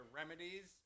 remedies